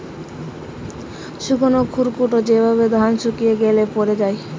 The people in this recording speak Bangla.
শুকনো খড়কুটো যেগুলো ধান শুকিয়ে গ্যালে পড়ে থাকে